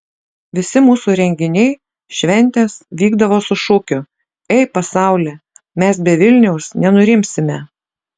visi mūsų renginiai šventės vykdavo su šūkiu ei pasauli mes be vilniaus nenurimsime